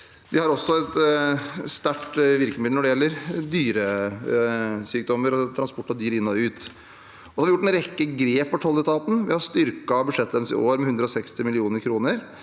De har også et sterkt virkemiddel når det gjelder dyresykdommer og transport av dyr inn og ut. Vi har gjort en rekke grep for tolletaten. Vi har styrket budsjettet deres i år med 160 mill. kr.